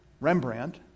Rembrandt